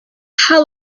how